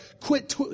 quit